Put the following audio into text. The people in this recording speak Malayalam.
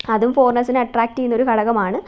അതും ഫോറിനേഴ്സിനെ അട്രാക്റ്റെയ്യുന്നൊരു ഘടകമാണ്